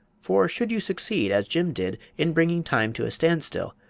for should you succeed, as jim did, in bringing time to a standstill,